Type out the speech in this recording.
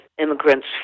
immigrants